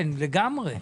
כן, לגמרי.